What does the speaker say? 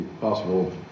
possible